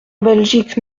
belgique